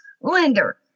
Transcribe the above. lender